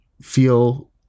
feel